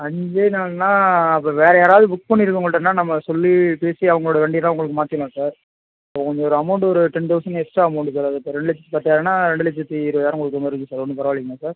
அஞ்சே நாள்னால் அப்போ வேறு யாராவது புக் பண்ணியிருக்கவுங்கள்ட்டனா நம்ம சொல்லி பேசி அவங்களோட வண்டியனால் உங்களுக்கு மாற்றிட்லாம் சார் அது கொஞ்சம் ஒரு அமௌண்ட் ஒரு ten thousand extra amount sir அது இப்போ ரெண்டு லட்சத்து பத்தாயிரம்னால் ரெண்டு லட்சத்து இருபதாயிரம் கொடுக்குற மாதிரி இருக்கும் சார் ஒன்றும் பரவாயில்லிங்களா சார்